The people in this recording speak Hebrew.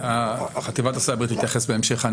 חטיבת הסייבר תתייחס בהמשך.